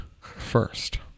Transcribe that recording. first